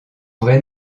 vrai